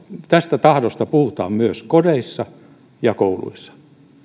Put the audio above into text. tästä tahdosta puhutaan myös kodeissa ja kouluissa